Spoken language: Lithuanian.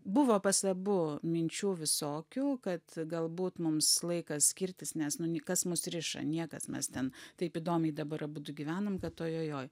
buvo pas abu minčių visokių kad galbūt mums laikas skirtis nes nu kas mus riša niekas mes ten taip įdomiai dabar abudu gyvenam kad ojojoj